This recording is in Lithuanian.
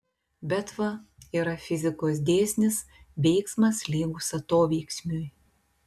bet va yra fizikos dėsnis veiksmas lygus atoveiksmiui